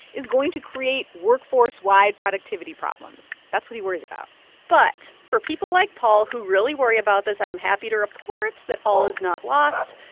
is going to create workforce-wide productivity problems. that's what he worries about but for people like paul who really worry about this, i am happy to report that all is not lost.